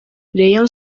rayon